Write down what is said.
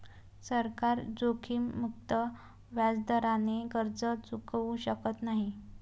सरकार जोखीममुक्त व्याजदराने कर्ज चुकवू शकत नाही